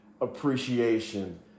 appreciation